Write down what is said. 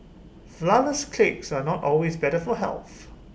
Flourless Cakes are not always better for health